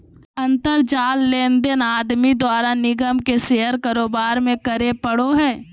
अंतर जाल लेनदेन आदमी द्वारा निगम के शेयर कारोबार में करे पड़ो हइ